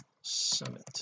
summit